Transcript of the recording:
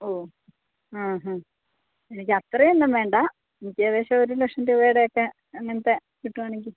ഓ അ അ എനിക്ക് അത്രയൊന്നും വേണ്ട എനിക്ക് ഏകദേശം ഒരു ലക്ഷം രൂപയുടെ ഒക്കെ അങ്ങനത്തെ കിട്ടുവാണെങ്കിൽ